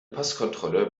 passkontrolle